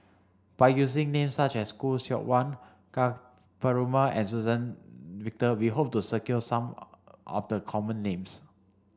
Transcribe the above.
by using names such as Khoo Seok Wan Ka Perumal and Suzann Victor we hope to some after the common names